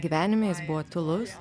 gyvenime jis buvo tylus